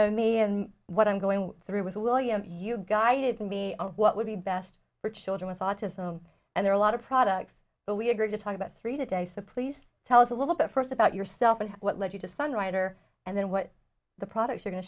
know me and what i'm going through with william you guided me on what would be best for children with autism and there are a lot of products but we agreed to talk about three today simply tell us a little bit first about yourself and what led you to sun writer and then what the products are go